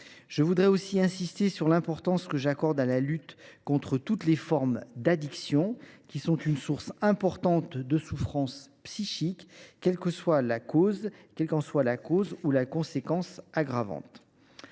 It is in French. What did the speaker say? Je veux également insister sur l’importance que j’accorde à la lutte contre toutes les formes d’addiction, une source importante de souffrance psychique, qu’elles qu’en soient les causes et les conséquences aggravantes.